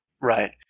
Right